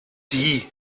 die